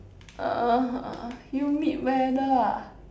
uh humid weather ah